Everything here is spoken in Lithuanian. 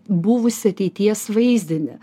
buvusį ateities vaizdinį